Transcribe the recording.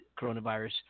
coronavirus